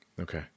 Okay